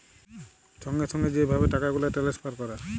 সঙ্গে সঙ্গে যে ভাবে টাকা গুলাল টেলেসফার ক্যরে